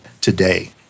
today